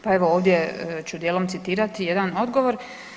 Pa evo ovdje ću dijelom citirati jedan odgovor.